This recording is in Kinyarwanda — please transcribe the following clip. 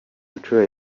nshuro